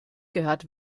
gehört